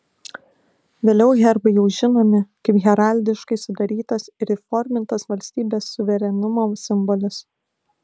vėliau herbai jau žinomi kaip heraldiškai sudarytas ir įformintas valstybės suverenumo simbolis